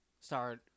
start